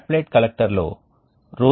ఇప్పుడు రీజెనరేటర్లు వివిధ రకాలుగా ఉన్నాయి